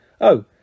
Oh